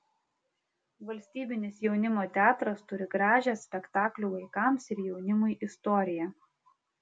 valstybinis jaunimo teatras turi gražią spektaklių vaikams ir jaunimui istoriją